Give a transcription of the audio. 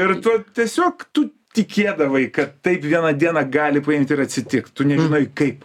ir tu tiesiog tu tikėdavai kad taip vieną dieną gali paimt ir atsitikt tu nežinai kaip